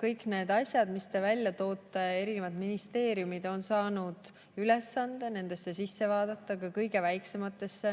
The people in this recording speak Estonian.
kõik need asjad, mis te välja toote, erinevad ministeeriumid on saanud ülesande nendesse sisse vaadata, ka kõige väiksematesse